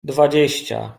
dwadzieścia